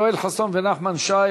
יואל חסון ונחמן שי,